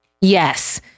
Yes